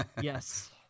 Yes